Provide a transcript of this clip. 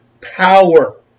power